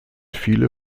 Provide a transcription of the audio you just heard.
viele